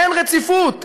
אין רציפות.